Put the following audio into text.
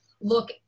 look